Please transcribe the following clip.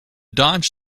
dodge